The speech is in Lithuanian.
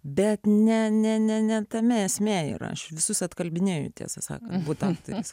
bet ne ne ne ne tame esmė ir aš visus atkalbinėju tiesą sakant būtent tas